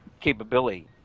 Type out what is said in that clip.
capability